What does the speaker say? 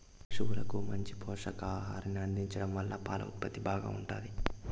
పసువులకు మంచి పోషకాహారాన్ని అందించడం వల్ల పాల ఉత్పత్తి బాగా ఉంటాది